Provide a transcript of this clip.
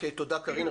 תודה, קארין.